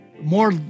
more